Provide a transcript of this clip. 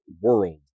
world